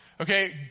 okay